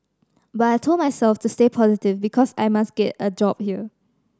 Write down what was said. but I told myself to stay positive because I must get a job here